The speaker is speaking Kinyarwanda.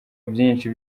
byinshi